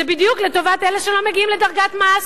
זה בדיוק לטובת אלה שלא מגיעים לדרגת מס.